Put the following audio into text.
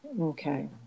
Okay